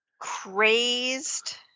crazed